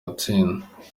atsinda